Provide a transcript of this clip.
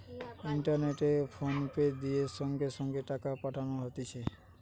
ইন্টারনেটে ফোনপে দিয়ে সঙ্গে সঙ্গে টাকা পাঠানো হতিছে